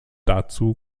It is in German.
dazu